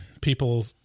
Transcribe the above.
people